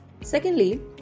Secondly